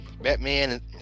Batman